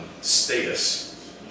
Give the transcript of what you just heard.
status